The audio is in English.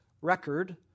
record